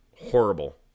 Horrible